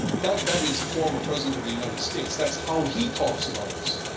that that is a former president of the united states. that's how he talks about us.